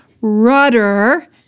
rudder